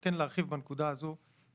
כן להרחיב בנקודה הזו,